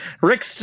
Rick